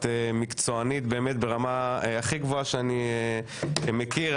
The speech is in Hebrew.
את מקצוענית ברמה הכי גבוהה שאני מכיר.